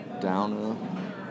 down